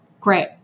Great